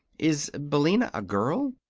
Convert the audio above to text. is billina a girl?